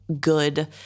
good